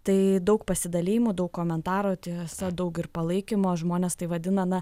tai daug pasidalijimų daug komentarų tiesa daug ir palaikymo žmonės tai vadina na